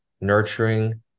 nurturing